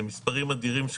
אלה מספרים אדירים,